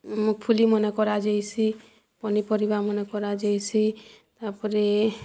ମୁଫଲି ମନେ କରାଯାଏସି ପନିପରିବା ମାନେ କରାଯାଏସି ତା'ପରେ